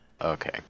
Okay